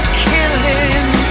killing